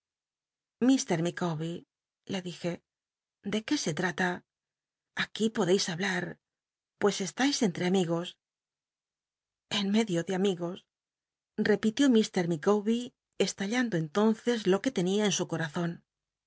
micawber le dije ele qué se tmta aqui podeis hablar pues cstais entre amigos eu medio de am igos repitió i micawbcr estallando entonces lo que tenia en su comzon